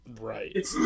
right